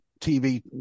tv